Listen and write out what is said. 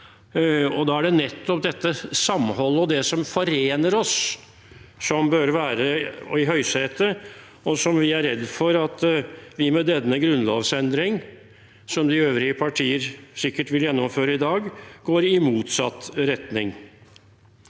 og da er det nettopp dette samholdet og det som forener oss, som bør være i høysetet. Vi er redd for at vi med denne grunnlovsendringen, som de øvrige partier sikkert vil gjennomføre i dag, går i motsatt retning.